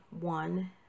one